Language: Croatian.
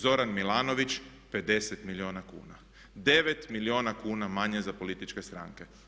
Zoran Milanović 50 milijuna kuna, 9 milijuna kuna manje za političke stranke.